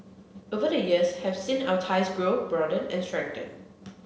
over the years have seen our ties grow broaden and strengthen